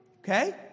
Okay